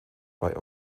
bei